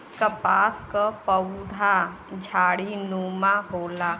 कपास क पउधा झाड़ीनुमा होला